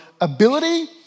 ability